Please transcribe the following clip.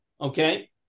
Okay